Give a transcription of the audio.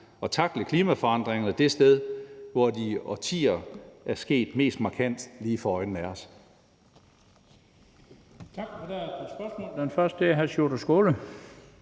og tackle klimaforandringerne det sted, hvor de i årtier er sket mest markant lige for øjnene af os.